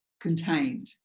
contained